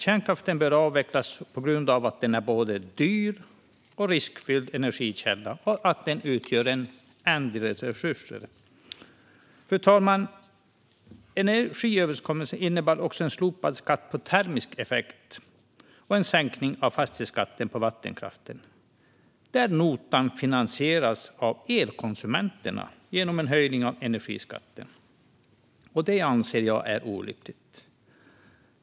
Kärnkraften bör avvecklas eftersom den är både en dyr och riskfylld energikälla och en ändlig resurs. Fru talman! Energiöverenskommelsen innebar också slopad skatt på termisk effekt och en sänkning av fastighetsskatten på vattenkraft. Notan finansieras av elkonsumenterna genom en höjning av energiskatten. Det anser jag är olyckligt.